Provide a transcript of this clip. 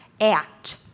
act